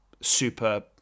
super